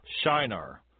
Shinar